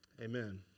amen